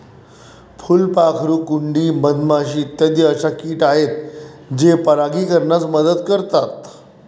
फुलपाखरू, कुंडी, मधमाशी इत्यादी अशा किट आहेत जे परागीकरणास मदत करतात